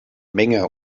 menge